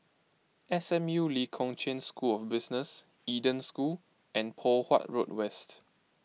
S M U Lee Kong Chian School of Business Eden School and Poh Huat Road West